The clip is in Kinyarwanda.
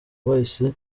bahise